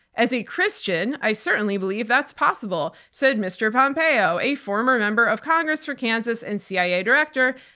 as a christian i certainly believe that's possible, said mr. pompeo, a former member of congress for kansas and cia director.